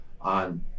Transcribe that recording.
on